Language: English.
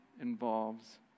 involves